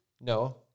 No